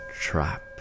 trap